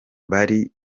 bari